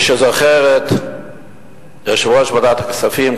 מי שזוכר את יושב-ראש ועדת הכספים,